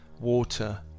water